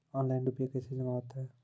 Online रुपये कैसे जमा होता हैं?